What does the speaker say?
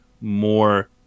more